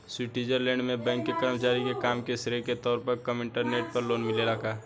Switzerland में bank के कर्मचारी के काम के श्रेय के तौर पर कम इंटरेस्ट पर लोन मिलेला का?